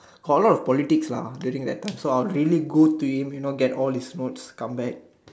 got a lot of politics lah during that time so I would really go to him you know get his notes come back